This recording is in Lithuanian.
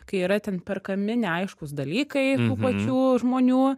kai yra ten perkami neaiškūs dalykai tų pačių žmonių